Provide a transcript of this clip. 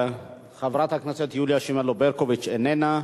חברת הכנסת יוליה שמאלוב-ברקוביץ איננה,